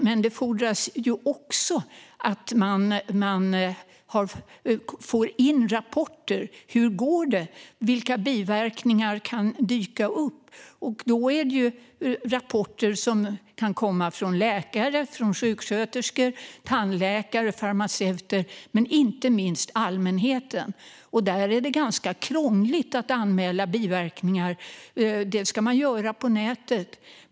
Men det fordras också att man får in rapporter om hur det går och om vilka biverkningar som kan dyka upp. Det är rapporter som kan komma från läkare, sjuksköterskor, tandläkare och farmaceuter men inte minst från allmänheten. Det är ganska krångligt att anmäla biverkningar. Det ska göras på nätet.